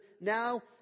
now